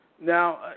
Now